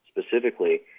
specifically